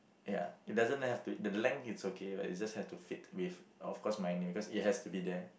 ya it doesn't have to the length is okay but it just have to fit with of course my name cause it has to be there